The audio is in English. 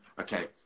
okay